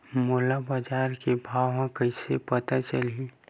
मोला बजार के भाव ह कइसे पता चलही?